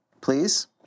please